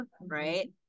right